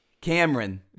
Cameron